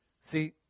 See